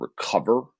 recover